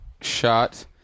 shot